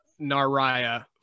naraya